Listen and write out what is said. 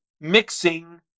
mixing